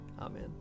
Amen